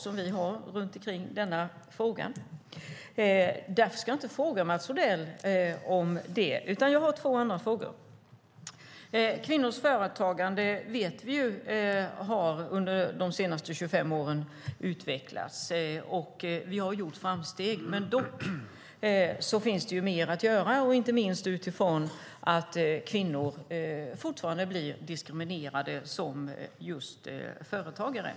Därför ska jag inte ställa en fråga till Mats Odell om sjuklöneveckan. I stället har jag två andra frågor. Kvinnors företagande har utvecklats under de senaste 25 åren. Vi har gjort framsteg. Dock finns mer att göra, inte minst på grund av att kvinnor fortfarande blir diskriminerade som företagare.